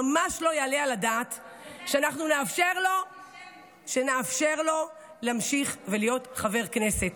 ממש לא יעלה על הדעת שאנחנו נאפשר לו להמשיך להיות חבר כנסת.